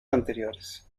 anteriores